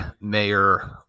mayor